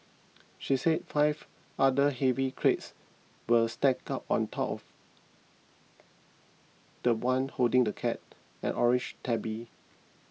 she said five other heavy crates were stacked on top of the one holding the cat an orange tabby